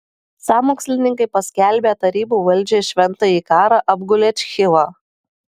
sąmokslininkai paskelbę tarybų valdžiai šventąjį karą apgulė chivą